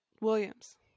Williams